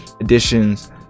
editions